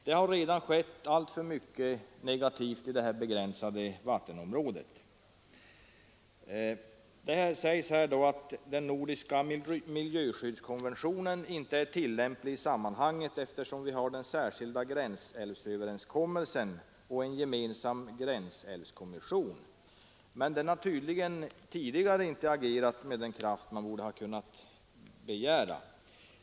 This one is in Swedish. Det har redan skett alltför mycket negativt i det här begränsade vattenområdet. Det sägs i svaret att den nordiska miljöskyddskonventionen inte är tillämplig i sammanhanget, eftersom vi har den särskilda gränsälvsöverenskommelsen och en gemensam gränsälvskommission. Men kommissionen har tydligen tidigare inte agerat med den kraft man borde ha kunnat begära.